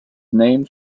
named